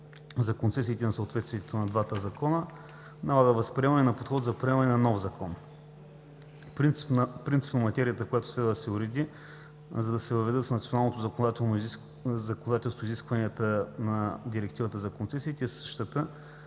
за концесиите и на съответствието на двата закона с нея налагат възприемане на подход за приемане на нов Закон за концесиите. Принципно материята, която следва да се уреди, за да се въведат в националното законодателство изискванията на Директивата за концесиите,